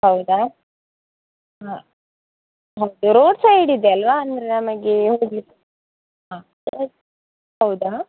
ಹೌದಾ ಹಾಂ ಹೌದು ರೋಡ್ ಸೈಡ್ ಇದೆ ಅಲ್ವ ಅಂದರೆ ನಮಗೆ ಹೋಗ್ಲಿಕ್ಕೆ ಹಾಂ ಹೌದಾ